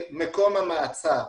במקום המעצר.